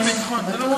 בטוח?